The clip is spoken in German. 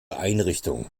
einrichtung